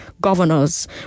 governors